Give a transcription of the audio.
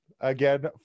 again